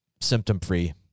Symptom-free